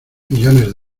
millones